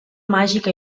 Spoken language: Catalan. màgica